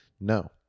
no